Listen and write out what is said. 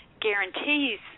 guarantees